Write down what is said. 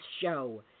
Show